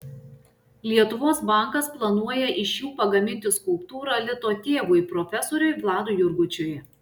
lietuvos bankas planuoja iš jų pagaminti skulptūrą lito tėvui profesoriui vladui jurgučiui